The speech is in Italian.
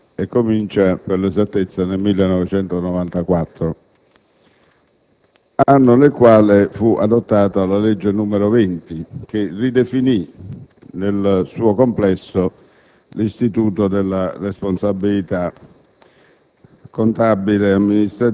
anni addietro. Per l'esattezza nel 1994, anno nel quale fu adottata la legge n. 20 che ridefiniva nel suo complesso l'istituto della responsabilità